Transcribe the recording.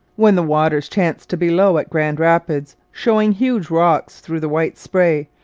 when the waters chanced to be low at grand rapids, showing huge rocks through the white spray,